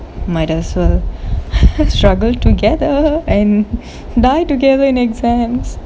might as well struggle together and die together in exams